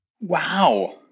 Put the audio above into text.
Wow